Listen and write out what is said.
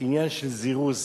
עניין של זירוז,